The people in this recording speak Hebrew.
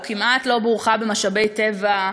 או כמעט לא בורכה במשאבי טבע,